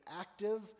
active